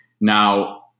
Now